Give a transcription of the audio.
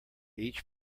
each